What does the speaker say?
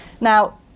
Now